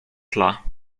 tla